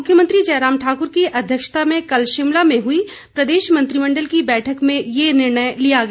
मुख्यमंत्री जयराम ठाकुर की अध्यक्षता में कल शिमला में हुई प्रदेश मंत्रिमंडल की बैठक में ये निर्णय लिया गया